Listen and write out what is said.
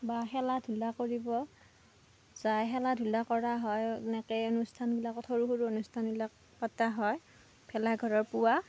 বা খেলা ধূলা কৰিব যায় খেলা ধূলা কৰা হয় এনেকৈ এই অনুষ্ঠানটোত অনুষ্ঠানবিলাক সৰু সৰু অনুষ্ঠানবিলাক পতা হয় ভেলাঘৰৰ পুৱা